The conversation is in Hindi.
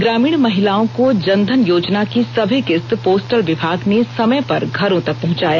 ग्रामीण महिलाओं को जन धन योजना की सभी किस्त पोस्टल विभाग ने समय पर घरों तक पहुंचाया